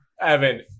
Evan